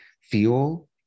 feel